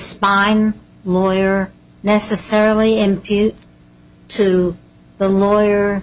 spine lawyer necessarily and to the lawyer